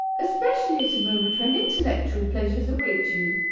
especially at a moment when intellectual pleasures await you.